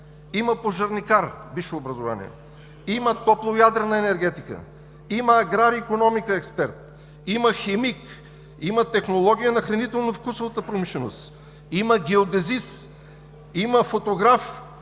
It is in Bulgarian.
има пожарникар – висше образование; има топлоядрена енергетика; има аграрна икономика експерт; има химик; има технология на хранително-вкусовата промишленост; има геодезист; има фотограф